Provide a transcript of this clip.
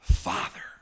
Father